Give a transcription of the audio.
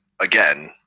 again